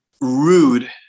rude